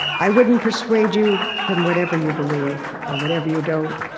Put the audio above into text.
i wouldn't persuade you from whatever you believe or whatever you don't.